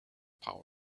powers